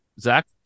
Zach